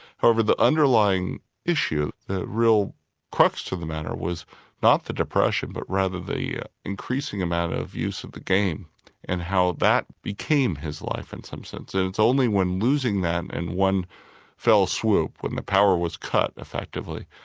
however the underlying issue, the real crux of the matter was not the depression but rather the increasing amount of use of the game and how that became his life in some sense, and it's only when losing that in one fell swoop, when the power was cut effectively,